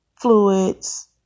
fluids